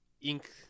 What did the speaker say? ink